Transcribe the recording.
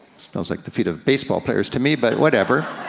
smells like the feet of baseball players to me, but whatever.